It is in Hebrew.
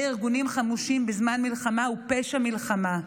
ארגונים חמושים בזמן מלחמה הוא פשע מלחמה.